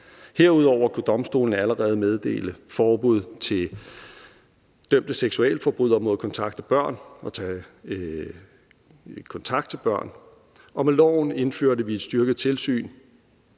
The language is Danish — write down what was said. Herudover kan domstolene allerede meddele forbud til dømte seksualforbrydere mod at kontakte børn. Med loven indførte vi et styrket tilsyn